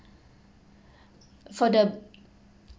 for the